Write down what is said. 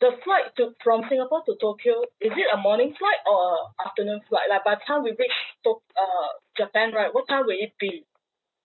the flight to from singapore to tokyo is it a morning flight or a afternoon flight like by the time we reach tok~ uh japan right what time will it be